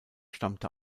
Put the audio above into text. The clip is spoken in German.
stammte